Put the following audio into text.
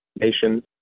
nation